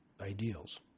ideals